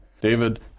David